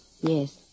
Yes